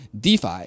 DeFi